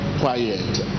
quiet